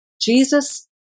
Jesus